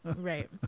Right